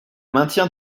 maintien